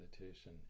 meditation